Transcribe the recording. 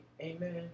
Amen